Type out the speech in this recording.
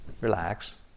relax